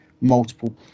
multiple